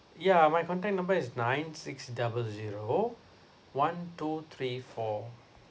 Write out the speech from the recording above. yeah my contact number is nine six double zero one two three four